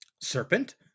serpent